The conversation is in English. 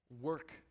work